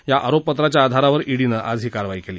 या आरोपपत्राच्या आधारावर ईडीनं आज ही कारवाई केली